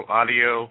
audio